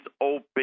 open